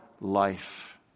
life